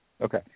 Okay